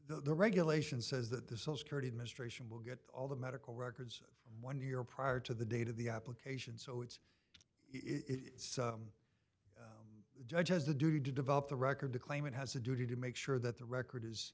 the regulation says that the sole security administration will get all the medical records one year prior to the date of the application so it's it's the judge has the duty to develop the record to claim it has a duty to make sure that the record is